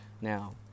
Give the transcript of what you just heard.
Now